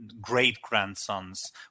great-grandsons